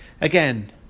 again